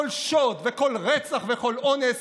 כל שוד וכל רצח וכל אונס,